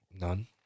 none